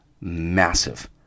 massive